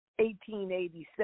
1887